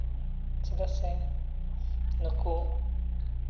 ᱪᱮᱫᱟᱜ ᱥᱮ ᱱᱩᱠᱩ